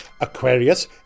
Aquarius